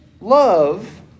Love